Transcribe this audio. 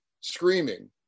screaming